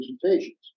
presentations